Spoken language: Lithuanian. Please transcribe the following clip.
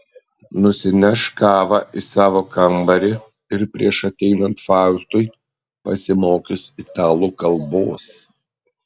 nusineš kavą į savo kambarį ir prieš ateinant faustui pasimokys italų kalbos